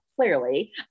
clearly